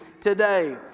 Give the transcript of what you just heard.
today